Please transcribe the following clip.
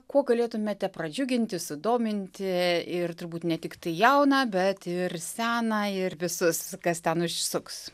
kuo galėtumėte pradžiuginti sudominti ir turbūt ne tiktai jauną bet ir seną ir visus kas ten užsuks